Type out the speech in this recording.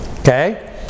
okay